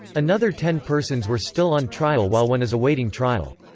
another ten persons were still on trial while one is awaiting trial.